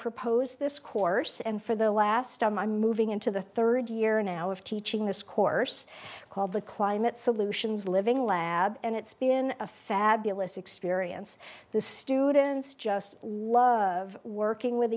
propose this course and for the last time i'm moving into the third year now of teaching this course called the climate solutions living lab and it's been a fabulous experience the students just love working with